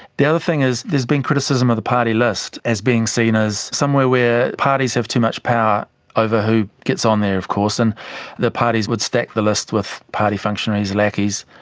the other thing is there has been criticism of the party list as being seen as somewhere where parties have too much power over who gets on there of course, and the parties would stack the list with party functionaries, lackeys,